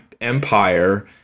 empire